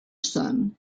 son